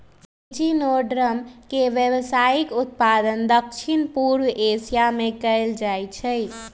echinoderm के व्यावसायिक उत्पादन दक्षिण पूर्व एशिया में कएल जाइ छइ